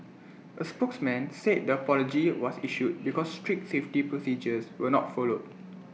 A spokesman said the apology was issued because strict safety procedures were not followed